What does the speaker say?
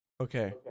Okay